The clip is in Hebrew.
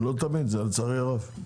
לא תמיד, לצערי הרב.